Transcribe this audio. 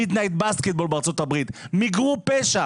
Midnight basketball בארצות הברית מיגרו פשע